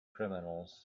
criminals